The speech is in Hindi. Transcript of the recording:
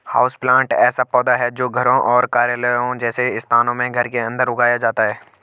हाउसप्लांट ऐसा पौधा है जो घरों और कार्यालयों जैसे स्थानों में घर के अंदर उगाया जाता है